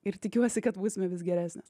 ir tikiuosi kad būsime vis geresnės